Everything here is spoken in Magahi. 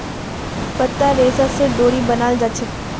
पत्तार रेशा स डोरी बनाल जाछेक